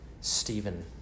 Stephen